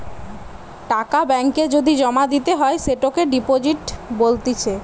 টাকা ব্যাঙ্ক এ যদি জমা দিতে হয় সেটোকে ডিপোজিট বলতিছে